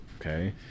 okay